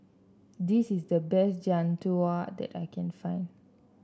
this is the best Jian Dui that I can find